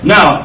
Now